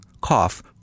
cough